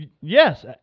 yes